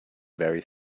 very